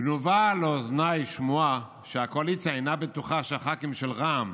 גונבה לאוזניי שמועה שהקואליציה אינה בטוחה שהח"כים של רע"מ